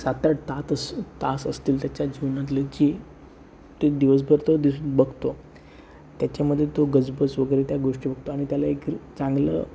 सात आठ तातस तास असतील त्याच्या जीवनातले की ते दिवसभर तो दिस् बघतो त्याच्यामध्ये तो गजबज वगैरे त्या गोष्टी बघतो आणि त्याला एक चांगलं